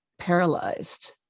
paralyzed